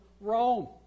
Rome